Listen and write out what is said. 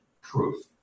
proof